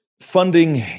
funding